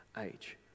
age